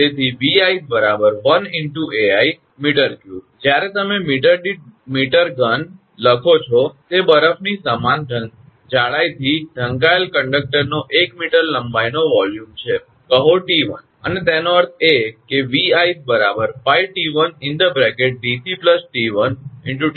તેથી 𝑉𝑖𝑐𝑒 1 × 𝐴𝑖 𝑚3 જ્યારે તમે મીટર દીઠ મીટર ઘન લખો છો તે બરફની સમાન જાડાઈથી ઢંકાયેલ કંડકટરનો 1 મીટર લંબાઈનો વોલ્યુમકદ છે કહો 𝑡1 અને તેનો અર્થ એ કે 𝑉𝑖𝑐𝑒 𝜋𝑡1𝑑𝑐 𝑡1 × 10−4 𝑚3𝑚